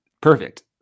Perfect